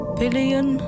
billion